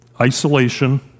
Isolation